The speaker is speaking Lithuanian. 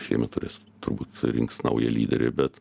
šiemet turės turbūt rinks naują lyderį bet